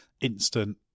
instant